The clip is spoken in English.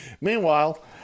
Meanwhile